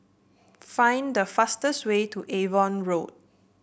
find the fastest way to Avon Road